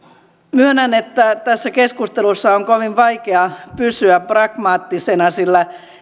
myönnän että tässä keskustelussa on kovin vaikea pysyä pragmaattisena sillä